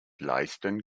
leisten